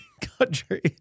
country